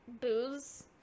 booze